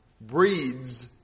breeds